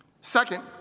Second